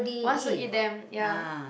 once you eat them ya